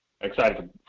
Excited